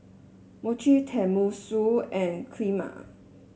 Mochi Tenmusu and Kheema